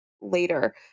later